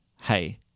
hey